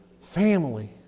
Family